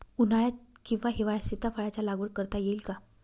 उन्हाळ्यात किंवा हिवाळ्यात सीताफळाच्या लागवड करता येईल का?